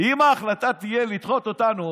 אם ההחלטה תהיה לדחות אותנו,